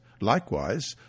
Likewise